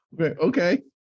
okay